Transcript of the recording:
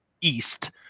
east